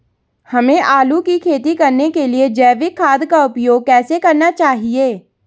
हमें आलू की खेती करने के लिए जैविक खाद का उपयोग कैसे करना चाहिए?